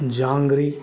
jangiri